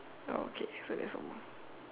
oh okay so